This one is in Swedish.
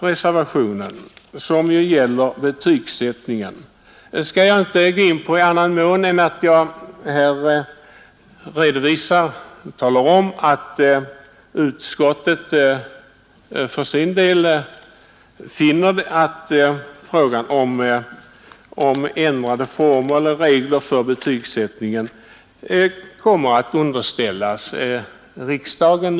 Reservationen 1, som gäller betygsättningen i skolorna, skall jag inte gå in på i annan mån än att jag här redovisar, att utskottet för sin del räknar med att frågan om ändrade regler för betygsättningen kommer att underställas riksdagen.